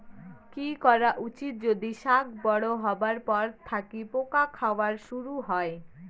কি করা উচিৎ যদি শাক বড়ো হবার পর থাকি পোকা খাওয়া শুরু হয়?